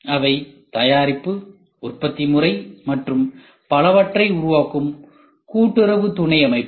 அவை தயாரிப்பு உற்பத்தி முறை மற்றும் பலவற்றை உருவாக்கும் கூட்டுறவு துணை அமைப்பு